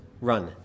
run